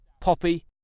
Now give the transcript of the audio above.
Poppy